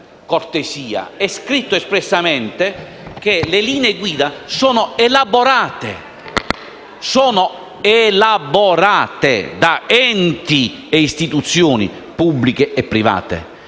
È scritto espressamente che le linee guida sono elaborate da enti e istituzioni pubblici e privati.